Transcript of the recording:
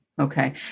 Okay